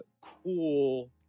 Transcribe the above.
cool